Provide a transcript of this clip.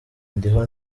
ndiho